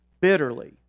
bitterly